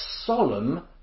solemn